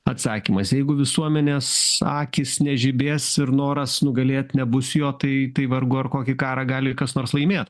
atsakymas jeigu visuomenės akys nežibės ir noras nugalėt nebus jo tai tai vargu ar kokį karą gali kas nors laimėt